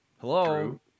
hello